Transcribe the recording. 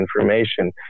information